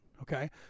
okay